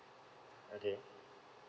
okay